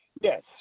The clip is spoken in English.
Yes